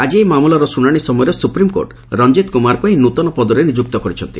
ଆକି ଏହି ମାମଲାର ଶୁଶାଣି ସମୟରେ ସୁପ୍ରିମ୍କୋର୍ଟ ରଞିତ୍ କୁମାରଙ୍କୁ ଏହି ନୃତନ ପଦରେ ନିଯୁକ୍ତ କରିଛନ୍ତି